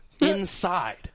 inside